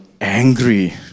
angry